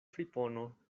fripono